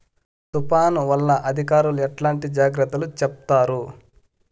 తుఫాను వల్ల అధికారులు ఎట్లాంటి జాగ్రత్తలు చెప్తారు?